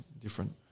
different